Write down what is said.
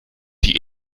die